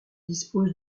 dispose